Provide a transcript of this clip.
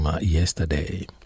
yesterday